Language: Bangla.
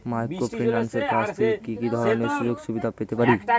মাইক্রোফিন্যান্সের কাছ থেকে কি কি ধরনের সুযোগসুবিধা পেতে পারি?